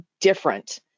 different